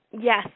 Yes